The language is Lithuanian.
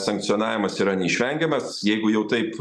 sankcionavimas yra neišvengiamas jeigu jau taip